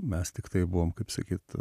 mes tiktai buvom kaip sakyt